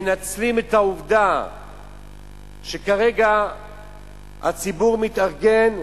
מנצלים את העובדה שכרגע הציבור מתארגן,